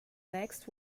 next